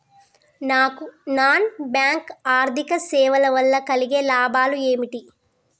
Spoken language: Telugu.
నాన్ బ్యాంక్ ఆర్థిక సేవల వల్ల కలిగే లాభాలు ఏమిటి?